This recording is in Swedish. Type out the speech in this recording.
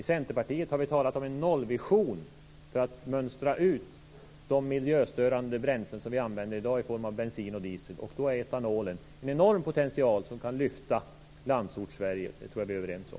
I Centerpartiet har vi talat om en nollvision för att mönstra ut de miljöstörande bränslen som vi använder i dag i form av bensin och diesel. Då har etanolen en enorm potential som kan lyfta Landsortssverige. Det tror jag att vi är överens om.